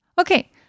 okay